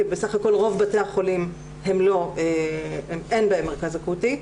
כי בסך הכל רוב בתי החולים אין בהם מרכז אקוטי,